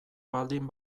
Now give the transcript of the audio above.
baldin